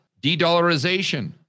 de-dollarization